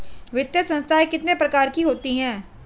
वित्तीय संस्थाएं कितने प्रकार की होती हैं?